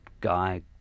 guy